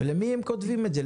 למי הם כותבים את זה?